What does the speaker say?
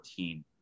2014